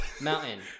Mountain